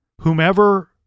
whomever